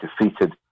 defeated